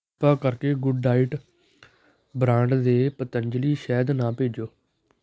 ਕਿਰਪਾ ਕਰਕੇ good diet brand ਦੇ ਪਤੰਜਲੀ ਸ਼ਹਿਦ ਨਾ ਭੇਜੋ